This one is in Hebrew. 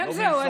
כן, זהו,